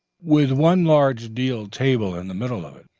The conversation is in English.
with one large deal table in the middle of it.